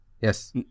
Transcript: yes